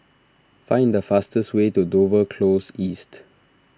find the fastest way to Dover Close East